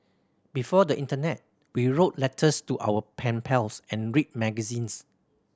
before the internet we wrote letters to our pen pals and read magazines